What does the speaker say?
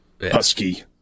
husky